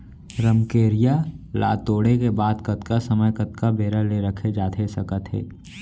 रमकेरिया ला तोड़े के बाद कतका समय कतका बेरा ले रखे जाथे सकत हे?